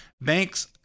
banks